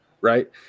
right